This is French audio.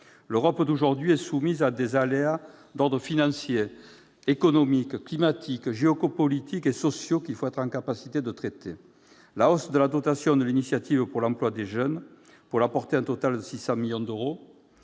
Elle est aujourd'hui soumise à des aléas d'ordre financier, économique, climatique, géopolitique et social qu'il faut être en mesure de traiter. La hausse de la dotation de l'initiative pour l'emploi des jeunes, pour la porter à un total de 600 millions d'euros,